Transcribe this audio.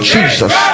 Jesus